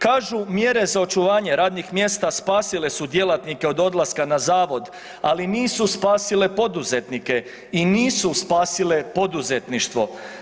Kažu mjere za očuvanje radnih mjesta spasile su djelatnike od odlaska na zavod, ali nisu spasile poduzetnike i nisu spasile poduzetništvo.